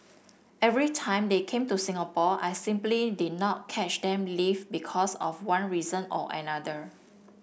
every time they came to Singapore I simply did not catch them live because of one reason or another